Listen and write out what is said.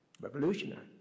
revolutionary